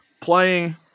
playing